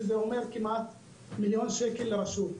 שזה אומר כמעט מיליון שקלים לרשות.